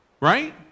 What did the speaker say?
right